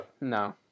No